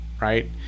right